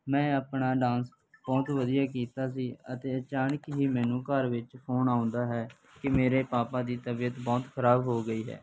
ਮੈਂ ਆਪਣਾ ਡਾਂਸ ਬਹੁਤ ਵਧੀਆ ਕੀਤਾ ਸੀ ਅਤੇ ਅਚਾਨਕ ਹੀ ਮੈਨੂੰ ਘਰ ਵਿੱਚ ਫੋਨ ਆਉਂਦਾ ਹੈ ਕਿ ਮੇਰੇ ਪਾਪਾ ਦੀ ਤਬੀਅਤ ਬਹੁਤ ਖਰਾਬ ਹੋ ਗਈ ਹੈ